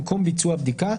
במקום ביצוע הבדיקה,